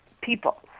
people